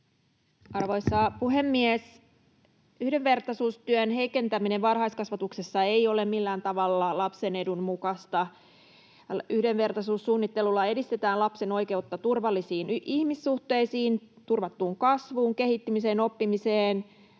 Arvoisa puhemies! Yhdenvertaisuustyön heikentäminen varhaiskasvatuksessa ei ole millään tavalla lapsen edun mukaista. Yhdenvertaisuussuunnittelulla edistetään lapsen oikeutta turvallisiin ihmissuhteisiin, turvattuun kasvuun, kehittymiseen, oppimiseen,